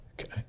okay